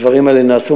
הדברים האלה נעשו.